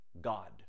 God